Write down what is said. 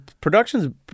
productions